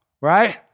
right